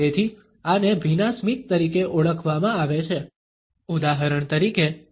તેથી આને ભીના સ્મિત તરીકે ઓળખવામાં આવે છે ઉદાહરણ તરીકે ગરમ કેક પર ભીનુ કપડુ મુકવુ